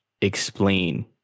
explain